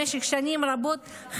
במשך שנים רבות,